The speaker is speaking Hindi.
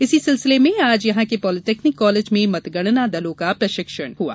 इसी सिलसिले में आज यहां के पॉलिटेक्निक कॉलेज में मतगणना दलों को प्रशिक्षण दिया गया